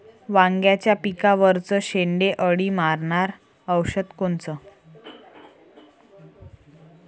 वांग्याच्या पिकावरचं शेंडे अळी मारनारं औषध कोनचं?